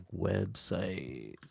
website